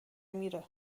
میره